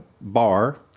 bar